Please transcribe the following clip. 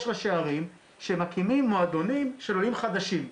יש ראשי ערים שמקימים מועדונים של עולים חדשים,